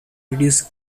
reduce